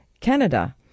Canada